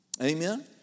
Amen